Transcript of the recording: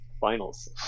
Finals